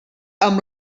amb